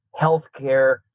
healthcare